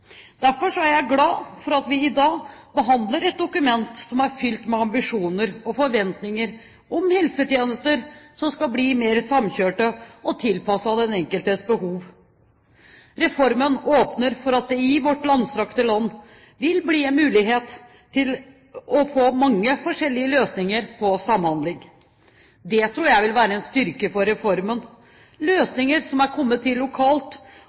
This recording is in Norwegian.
Derfor er jeg glad for at vi i dag behandler et dokument som er fylt med ambisjoner og forventninger om helsetjenester som skal bli mer samkjørte og tilpasset den enkeltes behov. Reformen åpner for at det i vårt langstrakte land vil bli en mulighet til å få mange forskjellige løsninger på samhandling. Det tror jeg vil være en styrke for reformen. Løsninger som er kommet til lokalt,